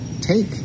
Take